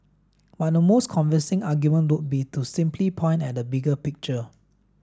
but the most convincing argument would be to simply point at the bigger picture